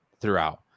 throughout